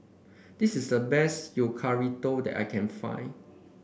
this is the best that I can find